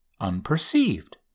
unperceived